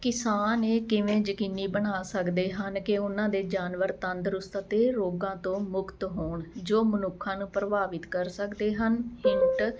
ਕਿਸਾਨ ਇਹ ਕਿਵੇਂ ਯਕੀਨੀ ਬਣਾ ਸਕਦੇ ਹਨ ਕਿ ਉਹਨਾਂ ਦੇ ਜਾਨਵਰ ਤੰਦਰੁਸਤ ਅਤੇ ਰੋਗਾਂ ਤੋਂ ਮੁਕਤ ਹੋਣ ਜੋ ਮਨੁੱਖਾਂ ਨੂੰ ਪ੍ਰਭਾਵਿਤ ਕਰ ਸਕਦੇ ਹਨ ਹਿੰਟ